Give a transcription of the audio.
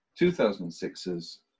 2006's